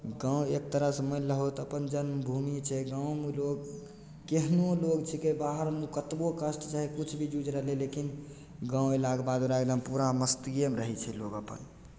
गाँव एक तरहसँ मानि लहौ तऽ अपन जन्मभूमि छै गाँवमे लोग केहनो लोग छिकै बाहरमे कतबो कष्ट छै किछु भी जुझि रहल यए लेकिन गाँव अयलाके बाद एकदम पूरा हम मस्तियेमे रहय छै लोग अपन